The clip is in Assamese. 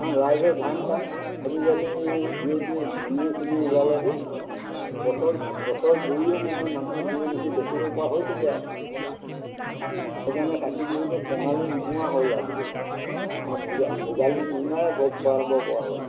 কাৰণ ৰাইজৰ ধান চান আজিকালি দুই এটি মেনিয়ে চেনিয়ে ওলালে যে বছৰ বছৰ মানে মানুহে দুই এমুঠি বেচিব পৰা হৈছেগৈ আৰু সেইকাৰণে কাতি বিহুটো কঙালী নোহোৱা হ'ল আজিকালি আৰু ভোগালী বিহু নিচিনাই ভোগ কৰিব পৰা হ'ল